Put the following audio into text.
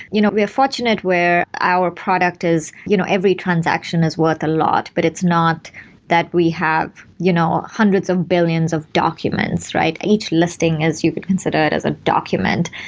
you know we're fortunate where our product is you know every transaction is worth a lot, but it's not that we have you know hundreds of billions of documents, right? each listing as you could consider it as a document.